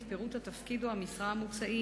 את פירוט התפקיד או המשרה המוצעים,